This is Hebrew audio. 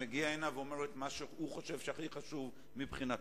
שמגיע הנה ואומר את מה שהוא חושב שהכי חשוב מבחינתו.